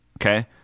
Okay